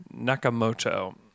Nakamoto